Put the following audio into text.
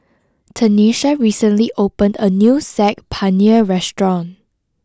Tenisha recently opened a new Saag Paneer restaurant